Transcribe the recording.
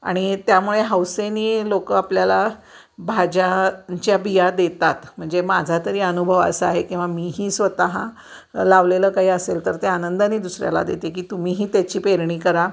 आणि त्यामुळे हौसेने लोक आपल्याला भाज्याच्या बिया देतात म्हणजे माझा तरी अनुभव असा आहे किंवा मीही स्वतः लावलेलं काही असेल तर त्या आनंदाने दुसऱ्याला देते की तुम्हीही त्याची पेरणी करा